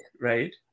right